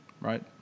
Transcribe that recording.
Right